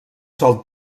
sol